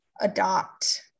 adopt